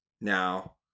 now